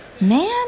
Man